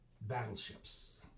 battleships